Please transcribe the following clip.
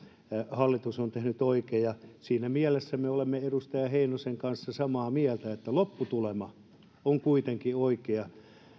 hallitus on tehnyt oikein siinä mielessä me olemme edustaja heinosen kanssa samaa mieltä että lopputulema on kuitenkin oikea